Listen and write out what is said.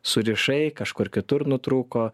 surišai kažkur kitur nutrūko